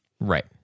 Right